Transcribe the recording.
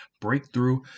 breakthrough